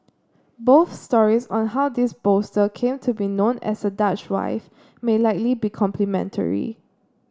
both stories on how this bolster came to be known as a Dutch wife may likely be complementary